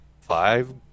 five